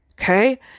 okay